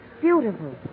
beautiful